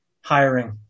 Hiring